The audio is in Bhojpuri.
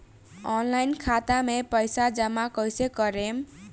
ऑनलाइन खाता मे पईसा जमा कइसे करेम?